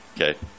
Okay